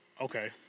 Okay